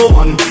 one